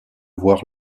voir